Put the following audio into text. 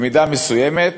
במידה מסוימת,